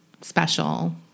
special